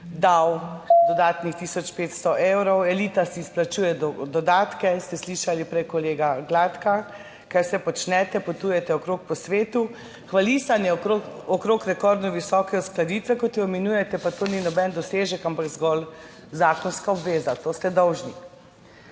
dal dodatnih tisoč 500 evrov. Elita si izplačuje dodatke. Slišali ste prej kolega Gladka, kaj vse počnete, potujete okrog po svetu. Hvalisanje okrog rekordno visoke uskladitve, kot jo imenujete, pa ni noben dosežek, ampak zgolj zakonska obveza. To ste dolžni.